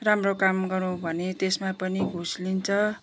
राम्रो काम गरौँ भने त्यसमा पनि घुस लिन्छ